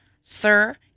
Sir